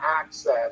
access